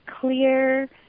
clear